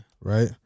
Right